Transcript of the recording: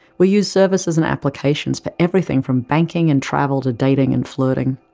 we use services and applications for everything from banking and travel to dating and flirting.